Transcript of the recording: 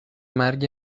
مرگ